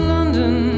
London